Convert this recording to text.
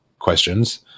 questions